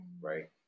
right